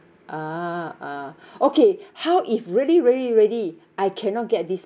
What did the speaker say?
ah ah okay how if really really really I cannot get this